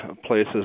places